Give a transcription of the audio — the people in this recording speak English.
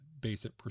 basic